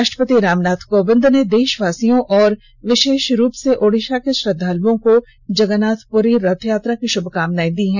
राष्ट्रपति रामनाथ कोविंद ने देशवासियों और विशेष रूप से ओडिसा के श्रद्वालुओं को जगन्नाथ प्रशी रथयात्रा की शुभकामनाए दी हैं